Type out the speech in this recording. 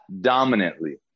dominantly